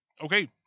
okay